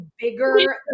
bigger